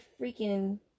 freaking